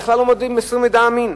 בכלל לא מוסרים מידע אמין.